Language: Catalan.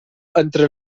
entre